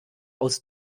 aus